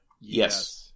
Yes